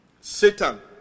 Satan